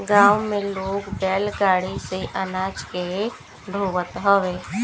गांव में लोग बैलगाड़ी से अनाज के ढोअत हवे